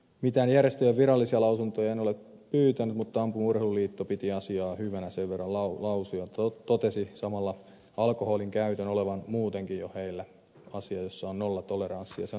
mitään järjestöjen virallisia lausuntoja en ole pyytänyt mutta ampumaurheiluliitto piti asiaa hyvänä ja lausuja totesi samalla alkoholinkäytön olevan muutenkin jo heillä asia jossa on nollatoleranssi